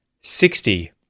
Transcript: sixty